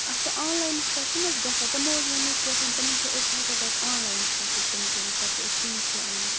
اَچھا آن لایِنَس پٮ۪ٹھ چھِنہٕ حظ گژھان تِمو حظ وَنے کیٛاہ تھام تِمَن چھِ أسۍ چھِ ہٮ۪کان تَتہِ آن لایِنَس پٮ۪ٹھٕے تِم کٔرِتھ پَتہٕ چھِ أسۍ تٔمی تھرٛوٗ آنان